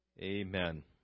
Amen